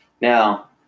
Now